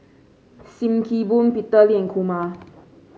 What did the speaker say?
Sim Kee Boon Peter Lee and Kumar